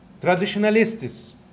Traditionalists